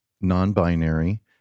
non-binary